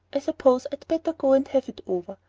i suppose i'd better go and have it over.